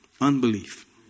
Unbelief